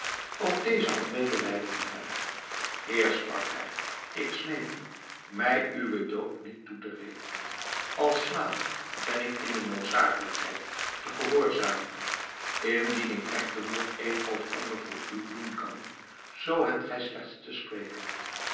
ook deze had medelijden met hem heer sprak hij ik smeek u mij uwen dood niet toe te rekenen als slaaf ben ik in de noodzakelijkheid te gehoorzamen indien ik echter nog het een of ander voor u doen kan zoo hebt gij slechts te spreken